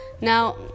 now